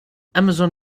amazon